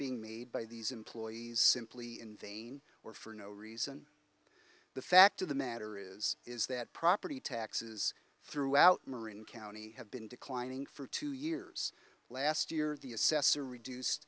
being made by these employees simply in vain or for no reason the fact of the matter is is that property taxes throughout marine county have been declining for two years last year the assessor reduced